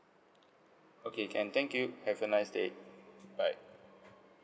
okay can thank you have a nice day bye